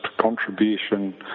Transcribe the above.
contribution